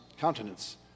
countenance